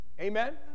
Amen